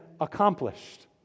accomplished